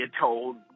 told